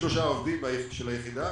33 עובדים של היחידה,